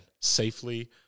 safely